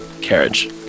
carriage